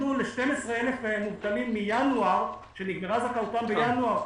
נתנו ל-12,000 מובטלים שנגמרה זכאותם בינואר,